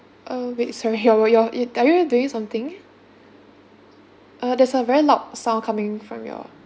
uh wait sorry your your are you doing something uh there's a very loud sound coming from your